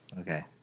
okay